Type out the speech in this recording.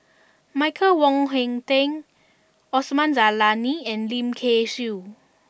Michael Wong Hong Teng Osman Zailani and Lim Kay Siu